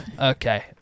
okay